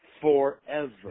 forever